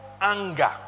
anger